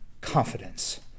confidence